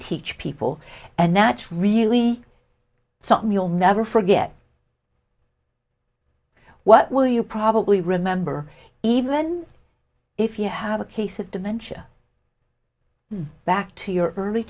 teach people and that's really something you'll never forget what will you probably remember even if you have a case of dementia back to your early